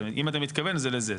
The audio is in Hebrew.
אם אתה מתכוון זה לזה,